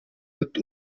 mit